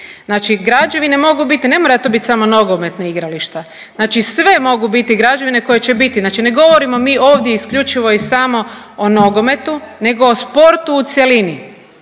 Znači građevine mogu biti, ne moraju to samo biti nogometna igrališta. Znači se mogu biti građevine koje će biti. Znači ne govorimo mi ovdje isključivo i samo o nogometu, nego o sportu u cjelini.